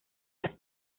las